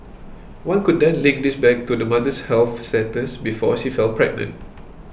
one could then link this back to the mother's health status before she fell pregnant